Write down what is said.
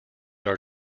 are